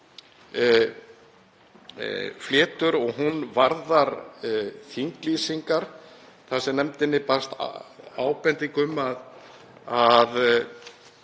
flytur og hún varðar þinglýsingar þar sem nefndinni barst ábending um að